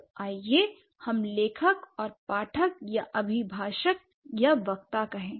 तो आइए हम लेखक और पाठक या अभिभाषक या वक्ता कहें